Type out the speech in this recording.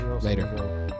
Later